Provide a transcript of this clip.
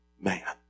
man